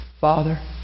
Father